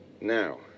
Now